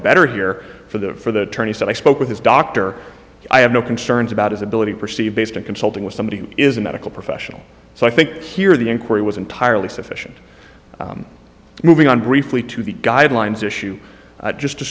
better here for the for the attorneys that i spoke with his doctor i have no concerns about his ability to perceive based on consulting with somebody who is a medical professional so i think here the inquiry was entirely sufficient moving on briefly to the guidelines issue just